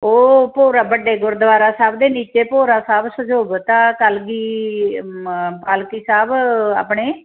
ਉਹ ਭੋਰਾ ਵੱਡੇ ਗੁਰਦੁਆਰਾ ਸਾਹਿਬ ਦੇ ਨੀਚੇ ਭੋਰਾ ਸਾਹਿਬ ਸੁਸ਼ੋਭਿਤ ਆ ਕਲਗੀ ਪਾਲਕੀ ਸਾਹਿਬ ਆਪਣੇ